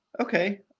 okay